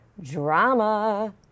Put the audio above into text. Drama